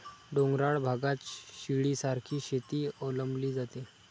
डोंगराळ भागात शिडीसारखी शेती अवलंबली जाते